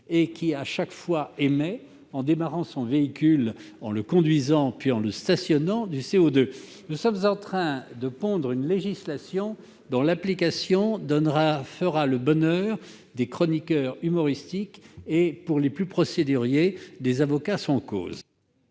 : à chaque fois, il fait démarrer son véhicule, le conduit, puis le stationne à nouveau. Nous sommes en train de pondre une législation dont l'application fera le bonheur des chroniqueurs humoristiques et, pour les plus procéduriers, des avocats sans cause